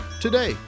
today